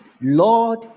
Lord